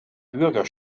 bürger